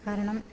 കാരണം